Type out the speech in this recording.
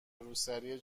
روسری